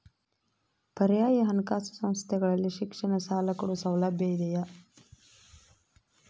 ಪರ್ಯಾಯ ಹಣಕಾಸು ಸಂಸ್ಥೆಗಳಲ್ಲಿ ಶಿಕ್ಷಣ ಸಾಲ ಕೊಡೋ ಸೌಲಭ್ಯ ಇದಿಯಾ?